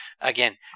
again